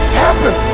happen